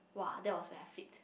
!wah! that was when I flipped